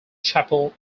chapel